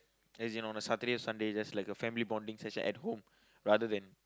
as in on the Saturday Sunday just like a family bonding session at home rather than